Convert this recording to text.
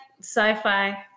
sci-fi